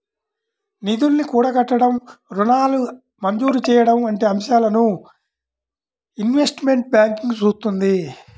నిధుల్ని కూడగట్టడం, రుణాల మంజూరు చెయ్యడం వంటి అంశాలను ఇన్వెస్ట్మెంట్ బ్యాంకింగ్ చూత్తుంది